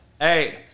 Hey